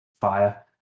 fire